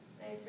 Nice